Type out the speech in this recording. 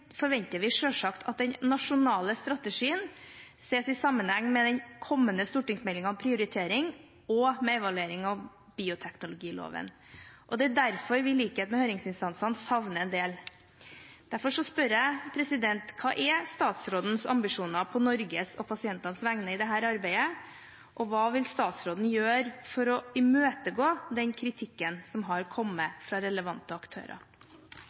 forventer vi selvsagt at den nasjonale strategien ses i sammenheng med den kommende stortingsmeldingen om prioritering og med evalueringen av bioteknologiloven. Det er derfor vi, i likhet med høringsinstansene, savner en del. Derfor spør jeg: Hva er statsrådens ambisjoner på Norges og pasientenes vegne i dette arbeidet? Og hva vil statsråden gjøre for å imøtegå den kritikken som har kommet fra relevante aktører?